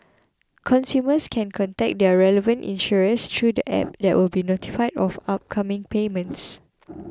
consumers can contact their relevant insurers through the app that will be notified of upcoming payments